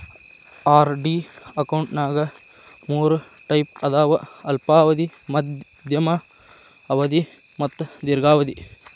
RD ಅಕೌಂಟ್ನ್ಯಾಗ ಮೂರ್ type ಅದಾವ ಅಲ್ಪಾವಧಿ ಮಾಧ್ಯಮ ಅವಧಿ ಮತ್ತ ದೇರ್ಘಾವಧಿ